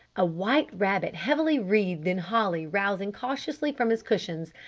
a white rabbit heavily wreathed in holly rousing cautiously from his cushions.